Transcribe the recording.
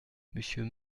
monsieur